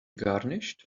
garnished